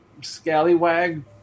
scallywag